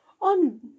on